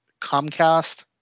Comcast